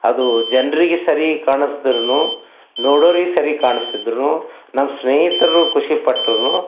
ಅದು ಜನರಿಗೆ ಸರಿ ಕಾಣಿಸಿದ್ರೂನು ನೋಡೋರಿಗೆ ಸರಿ ಕಾಣಿಸದಿದ್ರುನು ನಮ್ಮ ಸ್ನೇಹಿತರು ಖುಷಿಪಟ್ರೂ